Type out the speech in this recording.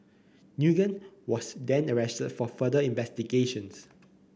Nguyen was then arrested for further investigations